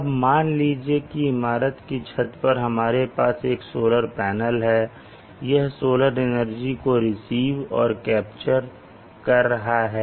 अब मान लीजिए की इमारत की छत हमारे पास एक सोलर पैनल है और यह सोलर एनर्जी को रिसीव और कैप्चर कर रहा है